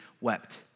wept